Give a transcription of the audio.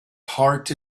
heart